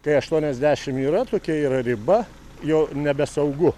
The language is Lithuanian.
tai aštuoniasdešimt yra tokia yra riba jau nebesaugu